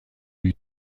buts